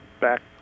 back